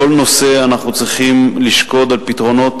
בכל נושא אנחנו צריכים לשקוד על פתרונות